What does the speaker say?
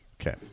Okay